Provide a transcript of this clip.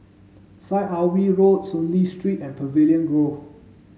Syed Alwi Road Soon Lee Street and Pavilion Grove